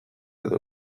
edo